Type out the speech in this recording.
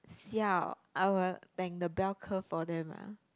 siao I will tank the bell curve for them ah